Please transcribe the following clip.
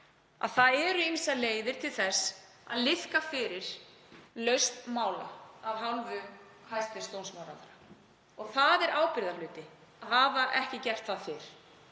það eru ýmsar leiðir til þess að liðka fyrir lausn mála af hálfu hæstv. dómsmálaráðherra. Það er ábyrgðarhluti að hafa ekki gert það fyrr,